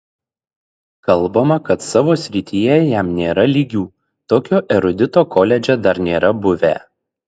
kalbama kad savo srityje jam nėra lygių tokio erudito koledže dar nėra buvę